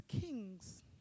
kings